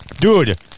Dude